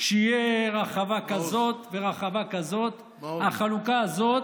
שתהיה רחבה כזאת ורחבה כזאת, החלוקה הזאת,